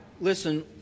listen